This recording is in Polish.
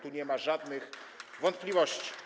Tu nie ma żadnych wątpliwości.